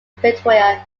pretoria